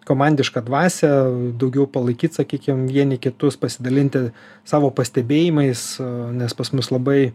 komandišką dvasią daugiau palaikyt sakykim vieni kitus pasidalinti savo pastebėjimais nes pas mus labai